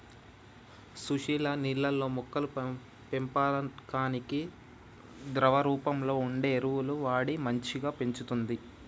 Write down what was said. సుశీల నీళ్లల్లో మొక్కల పెంపకానికి ద్రవ రూపంలో వుండే ఎరువులు వాడి మంచిగ పెంచుతంది